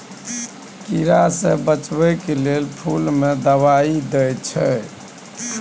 कीड़ा सँ बचेबाक लेल फुल में दवाई देना चाही